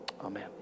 Amen